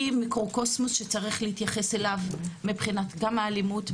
היא מיקרוקוסמוס שצריך להתייחס אליו מבחינת האלימות,